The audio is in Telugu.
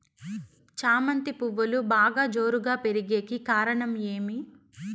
చామంతి పువ్వులు బాగా జోరుగా పెరిగేకి కారణం ఏమి?